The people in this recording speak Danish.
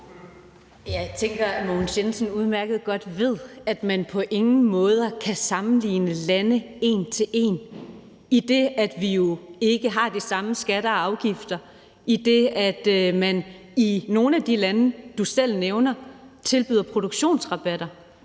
Jeg tænker, at Mogens Jensen udmærket godt ved, at man på ingen måde kan sammenligne lande en til en, idet vi jo ikke har de samme skatter og afgifter, og idet man i nogle af de lande, du selv nævner, tilbyder produktionsrabatter